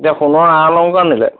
এতিয়া সোণৰ আ অলংকাৰ নিলে